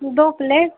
दो प्लेट